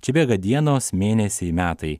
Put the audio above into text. čia bėga dienos mėnesiai metai